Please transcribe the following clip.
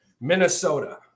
Minnesota